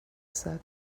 said